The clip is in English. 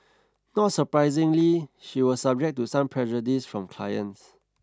not surprisingly she was subject to some prejudice from clients